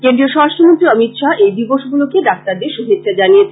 কেন্দ্রীয় স্বরাষ্ট্র মন্ত্রী অমিত শাহ এই দিবস উপলক্ষে ডাক্তারদের শুভেচ্ছা জানিয়েছেন